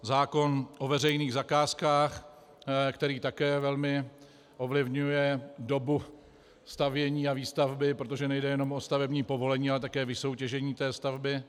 Zákon o veřejných zakázkách, který také velmi ovlivňuje dobu stavění a výstavby, protože nejde jenom o stavební povolení, ale také vysoutěžení té stavby.